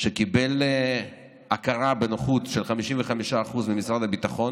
שקיבל הכרה בנכות של 55% במשרד הביטחון,